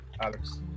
Alex